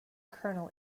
kernel